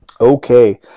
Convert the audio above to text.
Okay